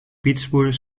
pittsburgh